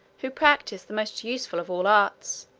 who practise the most useful of all arts,